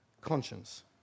conscience